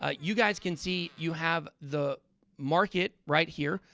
ah you guys can see you have the market right here.